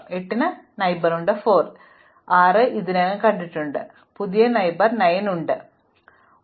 അതിനാൽ 8 ന് അയൽവാസികളുണ്ട് 4 ഞാൻ ഇതിനകം കണ്ടതാണ് 6 ഞാൻ ഇതിനകം കണ്ടിട്ടുണ്ട് പക്ഷേ അതിന് പുതിയ അയൽക്കാരൻ 9 ഉണ്ട് അത് ഞാൻ കണ്ടിട്ടില്ല